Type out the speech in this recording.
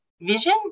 vision